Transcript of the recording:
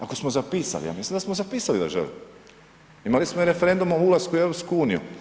Ako smo zapisali, ja mislim da smo zapisali da želimo, imali smo i referendum o ulasku u EU.